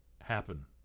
happen